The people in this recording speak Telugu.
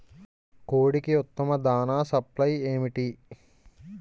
కోడికి ఉత్తమ దాణ సప్లై ఏమిటి?